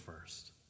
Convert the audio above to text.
first